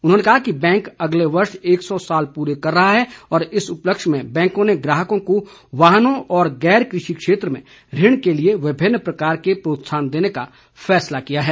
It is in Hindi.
उन्होंने कहा कि बैंक अगले वर्ष एक सौ साल पूरे कर रहा है और इस उपलक्ष्य में बैंक ने ग्राहकों को वाहनों और गैर कृषि क्षेत्र में ऋण के लिए विभिन्न प्रकार के प्रोत्साहन देने का निर्णय लिया है